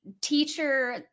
teacher